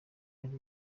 ari